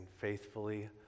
faithfully